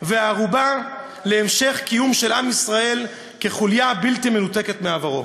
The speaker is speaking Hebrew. וערובה להמשך קיומו של עם ישראל כחוליה בלתי מנותקת מעברו.